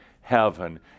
heaven